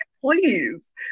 please